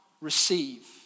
receive